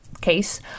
case